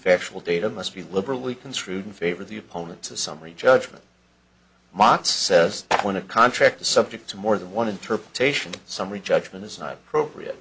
factual data must be liberally construed in favor of the opponents of summary judgment mox says when a contract is subject to more than one interpretation summary judgment is not appropriate